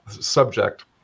subject